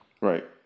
Right